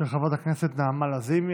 של חברת הכנסת נעמה לזימי.